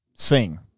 Sing